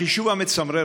החישוב המצמרר,